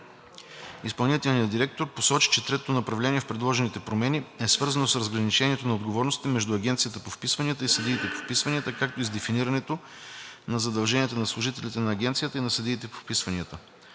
вписванията посочи, че третото направление в предложените промени е свързано с разграничението на отговорностите между Агенцията по вписванията и съдиите по вписванията, както и с дефинирането на задълженията на служителите на агенцията и на съдиите по вписванията.